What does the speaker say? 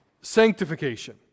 sanctification